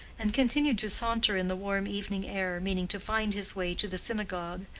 and continued to saunter in the warm evening air, meaning to find his way to the synagogue,